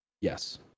Yes